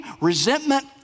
resentment